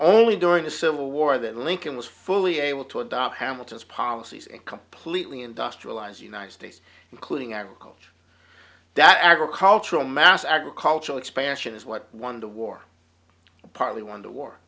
only during the civil war that lincoln was fully able to adopt hamilton's policies and completely industrialize united states including agriculture that agricultural mass agricultural expansion is what won the war partly won the war